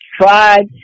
tried